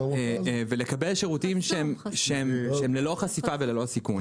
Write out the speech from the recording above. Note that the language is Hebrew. ולקבל שירותים שהם ללא חשיפה וללא סיכון.